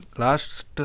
Last